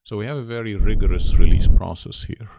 so we have a very rigorous release process here,